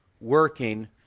working